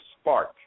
spark